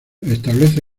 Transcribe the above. establece